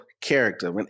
character